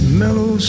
mellow